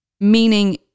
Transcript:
Meaning